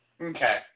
Okay